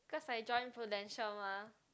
cause I join Prudential mah